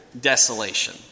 desolation